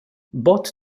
bod